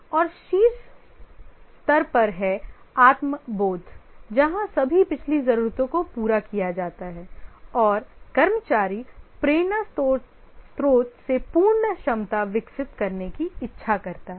और शीर्ष स्तर पर है आत्म बोध जहां सभी पिछली जरूरतों को पूरा किया जाता है और कर्मचारी प्रेरणा स्रोत से पूर्ण क्षमता विकसित करने की इच्छा करता है